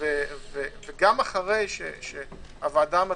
וגם אחרי שהוועדה המתמדת,